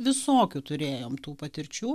visokių turėjom tų patirčių